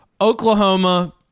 Oklahoma